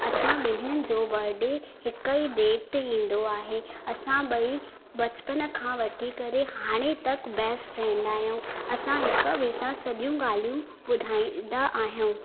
असां ॿिनिनि जो बडे हिकु ई डे ते ईंदो आहे असां ॿई बचपन खां वठी करे हाणे तक बैस्ट फ्रैंड आहियूं असां हिकु ॿिए सां सॼियूं ॻाल्हियूं ॿुधाईंदा आहियूं